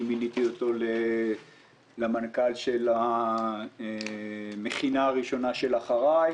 אני מיניתי אותו למנכ"ל של המכינה הראשונה של אחריי